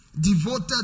devoted